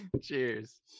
Cheers